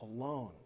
alone